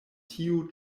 tiu